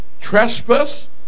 Trespass